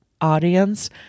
audience